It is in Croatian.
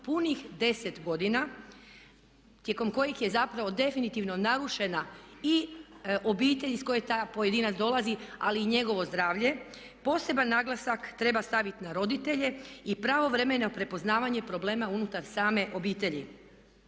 punih 10 godina tijekom kojih je zapravo definitivno narušena i obitelj iz koje taj pojedinac dolazi ali i njegovo zdravlje. Poseban naglasak treba staviti na roditelje i pravovremeno prepoznavanje problema unutar same obitelji.